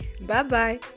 Bye-bye